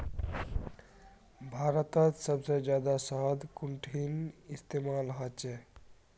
भारतत सबसे जादा शहद कुंठिन इस्तेमाल ह छे